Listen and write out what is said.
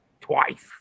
twice